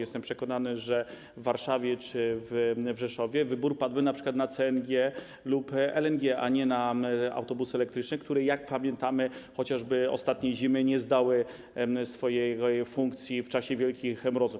Jestem przekonany, że w Warszawie czy w Rzeszowie wybór padłby np. na CNG lub LNG, a nie na autobusy elektryczne, które - jak pamiętamy - chociażby ostatniej zimy nie spełniły swojej funkcji w czasie wielkich mrozów.